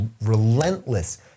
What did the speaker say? relentless